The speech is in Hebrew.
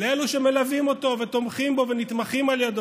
לאלה שמלווים אותו ותומכים בו ונתמכים על ידו,